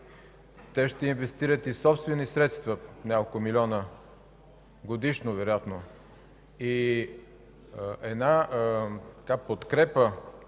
Те ще инвестират и собствени средства – няколко милиона годишно, вероятно, и една подкрепа